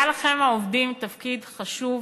היה לכם, העובדים, תפקיד חשוב